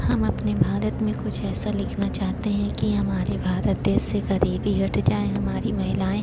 हम अपने भारत में कुछ ऐसा लिखना चाहते हैं कि हमारे भारत देश से ग़रीबी हट जाए हमारी महिलाएँ